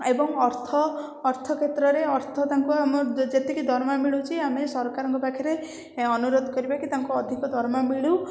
ଏବଂ ଅର୍ଥ ଅର୍ଥ କ୍ଷେତ୍ରରେ ଅର୍ଥ ତାଙ୍କୁ ଆମେ ଯେତିକି ଦରମା ମିଳୁଛି ଆମେ ସରକାରଙ୍କ ପାଖରେ ଅନୁରୋଧ କରିବା କି ତାଙ୍କୁ ଅଧିକ ଦରମା ମିଳୁ